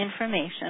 information